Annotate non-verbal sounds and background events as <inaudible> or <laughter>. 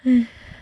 <laughs>